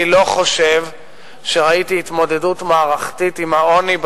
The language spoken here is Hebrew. אני לא חושב שראיתי בשנים האחרונות,